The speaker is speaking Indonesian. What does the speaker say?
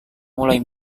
mulai